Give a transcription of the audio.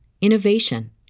innovation